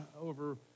over